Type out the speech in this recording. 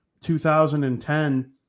2010